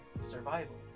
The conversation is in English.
survival